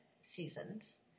seasons